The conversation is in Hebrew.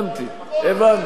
חבר הכנסת יריב לוין,